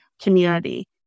community